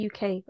UK